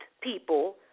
people